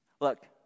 Look